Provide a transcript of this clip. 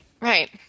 right